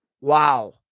Wow